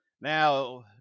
Now